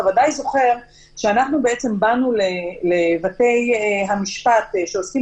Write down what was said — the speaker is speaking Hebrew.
אתה בוודאי זוכר שאנחנו באנו לבתי המשפט שעוסקים